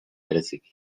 bereziki